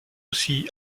aussi